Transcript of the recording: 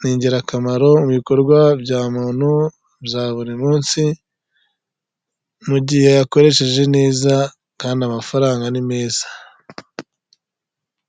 ni igirakamaro mu bikorwa bya muntu bya buri munsi, mu gihe ayakoresheje neza kandi amafaranga ni meza.